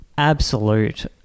Absolute